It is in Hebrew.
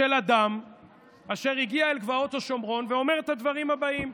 של אדם אשר הגיע אל גבעות השומרון ואומר את הדברים הבאים,